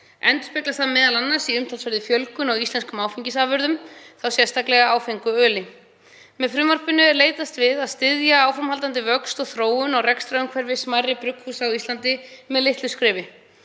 Endurspeglast það m.a. í umtalsverðri fjölgun á íslenskum áfengisafurðum, þá sérstaklega áfengu öli. Með frumvarpinu er leitast við að styðja við áframhaldandi vöxt og þróun á rekstrarumhverfi smærri brugghúsa á Íslandi með litlu skrefi.